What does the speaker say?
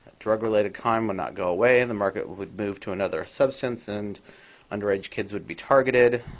drug related crime would not go away. and the market would would move to another substance. and underage kids would be targeted.